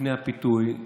בפני הפיתוי: